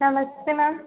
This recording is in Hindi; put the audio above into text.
नमस्ते मैम